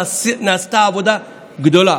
ונעשתה עבודה גדולה.